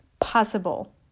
possible